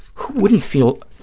who wouldn't feel,